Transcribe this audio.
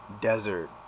desert